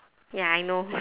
ya I know